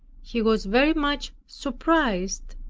he was very much surprised,